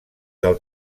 del